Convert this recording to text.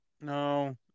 no